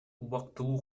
убактылуу